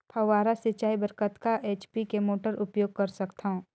फव्वारा सिंचाई बर कतका एच.पी के मोटर उपयोग कर सकथव?